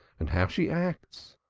and how she acts!